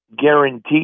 guaranteed